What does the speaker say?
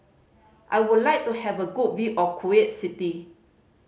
I would like to have a good view of Kuwait City